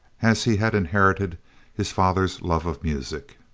as he had inherited his father's love of music.